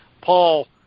Paul